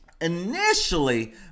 initially